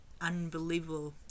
unbelievable